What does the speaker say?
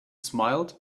smiled